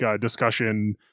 discussion